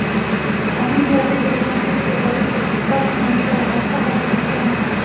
conidia के रेशमकीट के शरीर के संपर्क में आने पर मस्करडाइन संक्रमण होता है